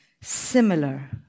similar